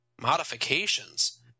Modifications